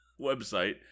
website